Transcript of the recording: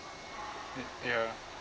ya